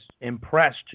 impressed